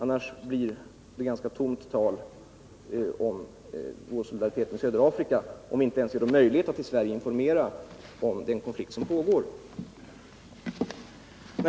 Vårt tal om solidaritet med södra Afrika blir tomt prat om vi inte ens ger dem möjlighet att i Sverige informera om den konflikt som pågår.